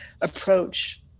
approach